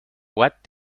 what